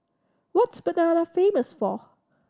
what Mbabana famous for